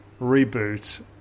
reboot